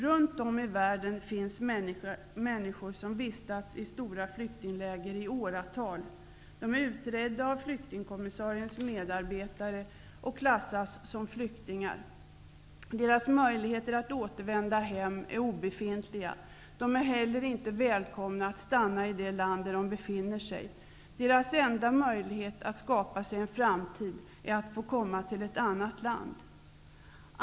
Runt om i världen finns människor som vistats i stora flyktingläger i åratal. De är utredda av flyk tingkommissariens medarbetare och klassas som flyktingar. Deras möjligheter att återvända hem är obefintliga. De är heller inte välkomna att stanna i det land där de befinner sig. Deras enda möjlighet att skapa sig en framtid är att få komma till ett annat land.